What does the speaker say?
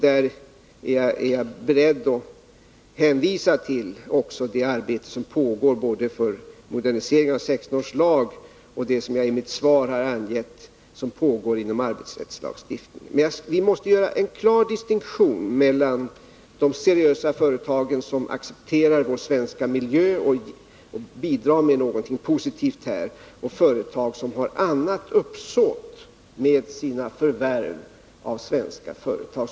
Där är jag beredd att hänvisa också till det arbete som pågår, både när det gäller modernisering av 1916 års lag och när det gäller det arbete som jag i mitt svar har angett och som pågår inom arbetsrättslagstiftningen. Men vi måste göra en klar distinktion mellan seriösa företag, som accepterar vår svenska miljö och som bidrar med någonting positivt, och företag som har annat uppsåt med sina förvärv av svenska företag.